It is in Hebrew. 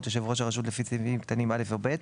יושב ראש הרשות לפי סעיפים קטנים (א) או (ב),